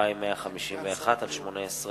מאת חבר הכנסת כרמל שאמה,